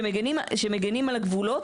שמגנים על הגבולות.